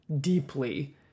deeply